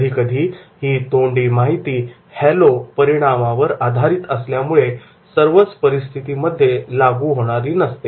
कधीकधी ही तोंडी माहिती 'हॅलो' परिणामावर आधारित असल्यामुळे सर्वच परिस्थितीमध्ये लागू होणारी नसते